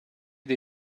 dei